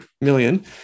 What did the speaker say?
million